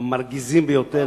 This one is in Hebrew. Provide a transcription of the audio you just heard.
המרגיזים ביותר,